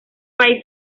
país